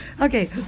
Okay